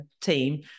team